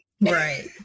Right